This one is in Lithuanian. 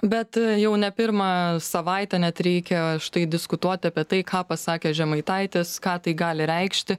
bet jau ne pirmą savaitę net reikia štai diskutuoti apie tai ką pasakė žemaitaitis ką tai gali reikšti